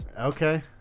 Okay